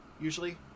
usually